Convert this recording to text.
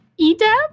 Edab